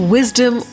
Wisdom